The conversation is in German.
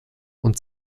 und